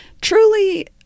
truly